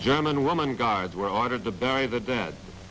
german woman guards were ordered to bury the dead